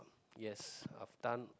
yes I've done